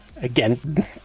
again